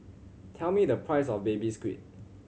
tell me the price of Baby Squid